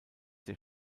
der